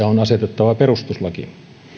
on asetettava perustuslaki